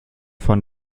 von